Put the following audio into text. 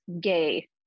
gay